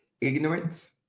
Ignorance